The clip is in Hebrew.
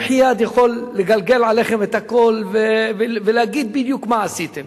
במחי יד יכול לגלגל עליכם את הכול ולהגיד בדיוק מה עשיתם,